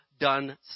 done